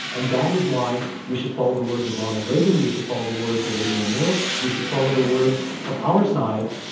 and that is why we should follow the words of ronald reagan, we should follow the words of adrian moore we should follow the words of our side,